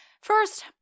First